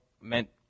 meant